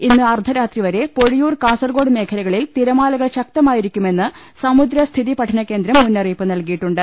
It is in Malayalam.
ഇന്ന് അർധരാത്രി വരെ പൊഴിയൂർ കാസർകോട് മേഖലകളിൽ തിരമാലകൾ ശക്തമായിരിക്കുമെന്ന് സമുദ്രസ്ഥിതിപഠനകേന്ദ്രം മുന്നറിയിപ്പ് നൽകിയിട്ടുണ്ട്